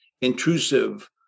intrusive